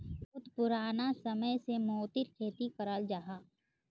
बहुत पुराना समय से मोतिर खेती कराल जाहा